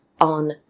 on